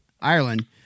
Ireland